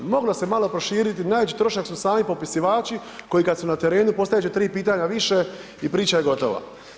Moglo se malo proširiti, najveći trošak su sami popisivači koji kada su na terenu postaviti će tri pitanja više i priča je gotova.